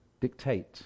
dictate